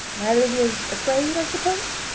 neither of ye's afraid, i suppose!